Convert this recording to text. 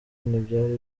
ntibyari